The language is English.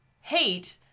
hate